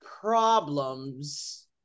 problems